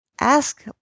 Ask